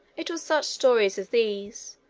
it was such stories as these,